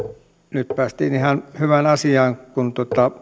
nyt päästiin ihan hyvään asiaan koska kun